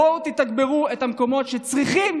בואו תתגברו את המקומות שצריכים